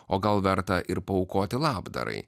o gal verta ir paaukoti labdarai